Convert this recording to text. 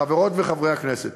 חברות וחברי הכנסת,